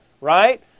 right